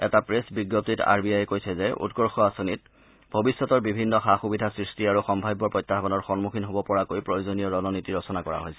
এটা প্ৰেছ বিজ্ঞপ্তিত আৰ বি আয়ে কৈছে যে উৎকৰ্ষ আঁচনিত ভৱিষ্যতৰ বিভিন্ন সা সুবিধা সৃষ্টি আৰু সম্ভাব্য প্ৰত্যায়ানৰ সন্মুখীন হ'ব পৰাকৈ প্ৰয়োজনীয় ৰণনীতি ৰচনা কৰা হৈছে